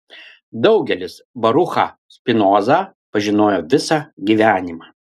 daugelis baruchą spinozą pažinojo visą gyvenimą